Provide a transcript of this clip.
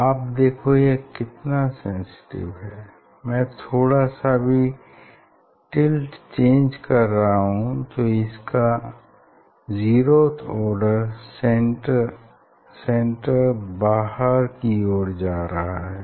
आप देखो यह कितना सेंसिटिव मैं थोड़ा सा ही टिल्ट चेंज कर रहा हूँ तो इसका जीरोथ आर्डर सेंटर से बाहर की ओर जा रहा है